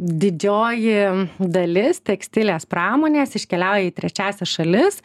didžioji dalis tekstilės pramonės iškeliauja į trečiąsias šalis